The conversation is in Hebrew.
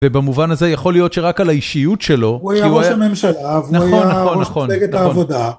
ובמובן הזה יכול להיות שרק על האישיות שלו, הוא היה ראש הממשלה, הוא היה ראש מפלגת העבודה.